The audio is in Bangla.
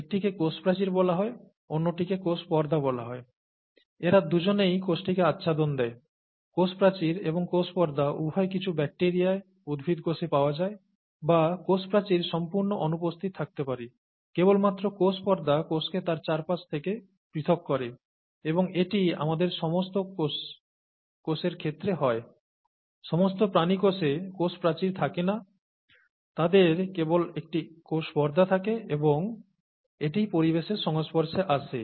একটিকে কোষ প্রাচীর বলা হয় অন্যটিকে কোষ পর্দা বলা হয় এরা দুজনেই কোষটিকে আচ্ছাদন দেয় কোষ প্রাচীর এবং কোষ পর্দা উভয় কিছু ব্যাকটিরিয়ায় উদ্ভিদ কোষে পাওয়া যায় বা কোষ প্রাচীর সম্পূর্ণ অনুপস্থিত থাকতে পারে কেবলমাত্র কোষ পর্দা কোষকে তার চারপাশ থেকে পৃথক করে এবং এটি আমাদের সমস্ত কোষের ক্ষেত্রে হয় সমস্ত প্রাণী কোষে কোষ প্রাচীর থাকে না তাদের কেবল একটি কোষ পর্দা থাকে এবং এটিই পরিবেশের সংস্পর্শে আসে